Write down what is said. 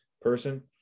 person